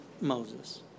Moses